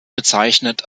bezeichnet